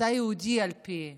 אתה יהודי על פי אם,